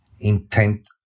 intent